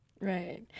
Right